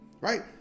right